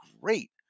great